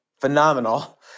phenomenal